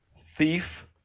thief